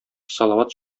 салават